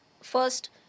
first